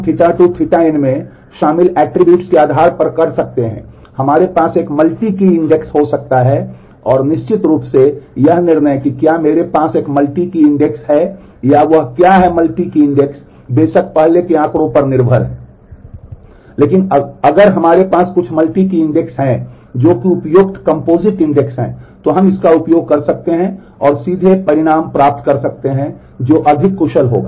लेकिन अगर हमारे पास कुछ मल्टी की इंडेक्स हैं जो कि उपयुक्त कंपोजिट इंडेक्स हैं तो हम इसका उपयोग कर सकते हैं और अधिक सीधे परिणाम प्राप्त कर सकते हैं जो अधिक कुशल होगा